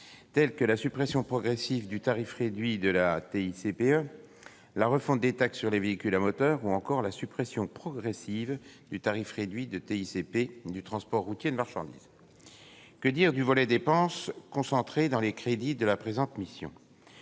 telles que la suppression progressive du tarif réduit de TICPE, la refonte des taxes sur les véhicules à moteur ou encore la suppression progressive du tarif réduit de TICPE pour les transporteurs routiers de marchandises. Que dire du volet dépenses concentré dans les crédits de la présente mission ?